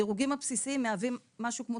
הדירוגים הבסיסיים מהווים משהו כמו